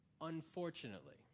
Unfortunately